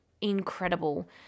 incredible